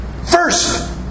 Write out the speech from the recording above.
First